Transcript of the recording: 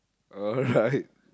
alright